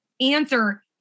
answer